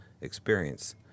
experience